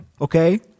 Okay